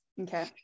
Okay